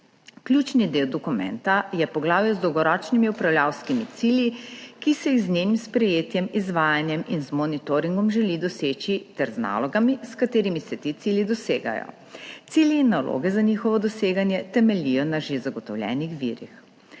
Ključni del dokumenta je poglavje z dolgoročnimi upravljavskimi cilji, ki se jih z njenim sprejetjem, izvajanjem in z monitoringom želi doseči, ter z nalogami, s katerimi se ti cilji dosegajo. Cilji in naloge za njihovo doseganje temeljijo na že zagotovljenih virih.